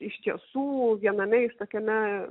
iš tiesų viename iš tokiame